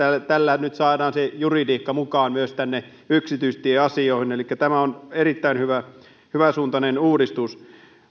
tällä nyt saadaan se juridiikka mukaan myös tänne yksityistieasioihin elikkä tämä on erittäin hyvänsuuntainen uudistus